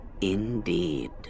Indeed